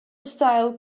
style